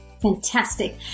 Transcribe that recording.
Fantastic